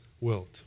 world